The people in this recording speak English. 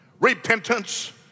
Repentance